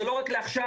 זה לא רק לעכשיו,